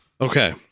Okay